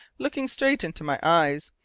looking straight into my eyes,